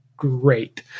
great